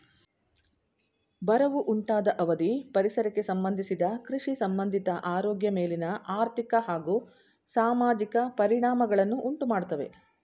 ಬರವು ಉಂಟಾದ ಅವಧಿ ಪರಿಸರಕ್ಕೆ ಸಂಬಂಧಿಸಿದ ಕೃಷಿಸಂಬಂಧಿತ ಆರೋಗ್ಯ ಮೇಲಿನ ಆರ್ಥಿಕ ಹಾಗೂ ಸಾಮಾಜಿಕ ಪರಿಣಾಮಗಳನ್ನು ಉಂಟುಮಾಡ್ತವೆ